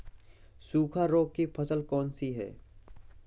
सूखा रोग की फसल कौन सी है?